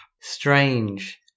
strange